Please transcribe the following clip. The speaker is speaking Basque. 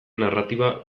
narratiba